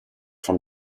from